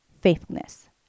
faithfulness